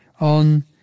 on